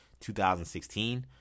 2016